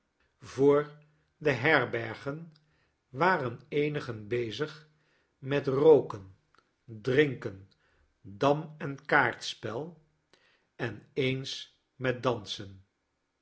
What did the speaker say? voor de herbergen waren eenigen bezig met rooken drinken dam en kaartspel en eons met dansen